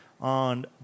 on